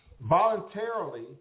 voluntarily